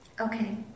Okay